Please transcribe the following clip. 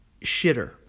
shitter